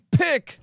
pick